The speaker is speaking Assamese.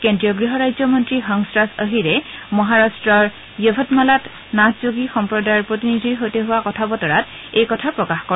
কেন্দ্ৰীয় গহ ৰাজ্যমন্ত্ৰী হংসৰাজ অহিৰে মহাৰাট্টৰ য়ভটমলত নাথযোগী সম্প্ৰদায়ৰ প্ৰতিনিধিৰ সৈতে হোৱা কথা বতৰাত এই কথা প্ৰকাশ কৰে